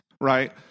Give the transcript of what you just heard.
right